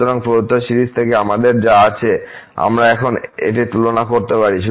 সুতরাং প্রদত্ত সিরিজ থেকে আমাদের যা আছে আমরা এখন এটি তুলনা করতে পারি